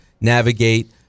navigate